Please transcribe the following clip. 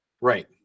Right